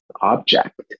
object